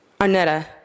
Arnetta